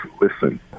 listen